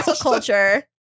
culture